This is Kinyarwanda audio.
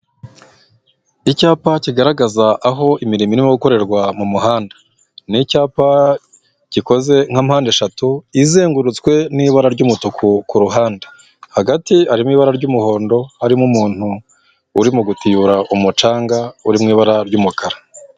Icyapa kigaragaza aho imirimo irimo gukorerwa mu muhanda. Ni icyapa gikoze nka mpande eshatu izengurutswe n'ibara ry'umutuku ku ruhande, hagati harimo ibara ry'umuhondo harimo umuntu uri mu gutiyura umucanga uri mu ibara ry'umukara.